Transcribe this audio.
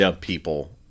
people